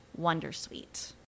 Wondersuite